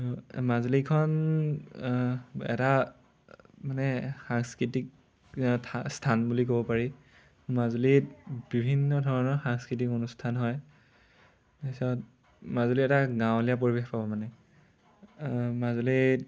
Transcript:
মাজুলীখন এটা মানে সাংস্কৃতিক স্থান বুলি ক'ব পাৰি মাজুলীত বিভিন্ন ধৰণৰ সাংস্কৃতিক অনুষ্ঠান হয় তাৰপিছত মাজুলী এটা গাঁৱলীয়া পৰিৱেশ পাব মানে মাজুলীত